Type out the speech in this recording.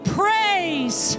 praise